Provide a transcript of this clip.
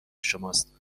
شماست